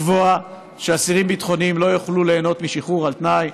לקבוע שאסירים ביטחוניים לא יוכלו ליהנות משחרור על תנאי,